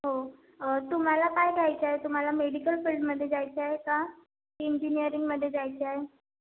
हो तुम्हाला काय घ्यायचं आहे तुम्हाला मेडिकल फील्डमध्ये जायचंय का इंजिनिरिंगमध्ये जायचं आहे